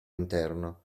interno